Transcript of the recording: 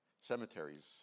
cemeteries